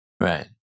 Right